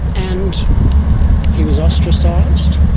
and he was ostracised.